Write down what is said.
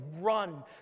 run